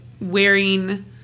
wearing